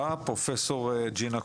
מר איתן פרנס,